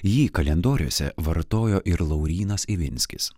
jį kalendoriuose vartojo ir laurynas ivinskis